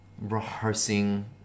rehearsing